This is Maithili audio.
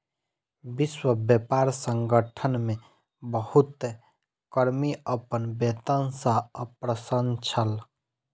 विश्व व्यापार संगठन मे बहुत कर्मी अपन वेतन सॅ अप्रसन्न छल